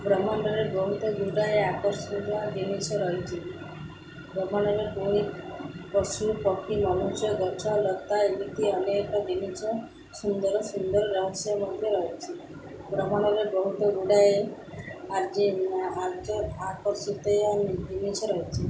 ବ୍ରହ୍ମାଣ୍ଡରେ ବହୁତ ଗୁଡ଼ାଏ ଆକର୍ଷିତ ଜିନିଷ ରହିଛି ଭ୍ରମଣରେ ପୁଣି ପଶୁ ପକ୍ଷୀ ମନୁଷ୍ୟ ଗଛ ଲତା ଏମିତି ଅନେକ ଜିନିଷ ସୁନ୍ଦର ସୁନ୍ଦର ରହସ୍ୟ ମଧ୍ୟ ରହିଛି ଭ୍ରମଣରେ ବହୁତ ଗୁଡ଼ାଏ ଆର୍ଜେ ଆର୍ଯ୍ୟ ଆକର୍ଷିତୀୟ ଜିନିଷ ରହିଛି